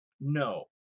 No